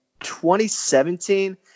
2017